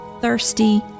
thirsty